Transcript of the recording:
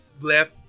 left